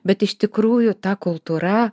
bet iš tikrųjų ta kultūra